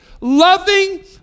loving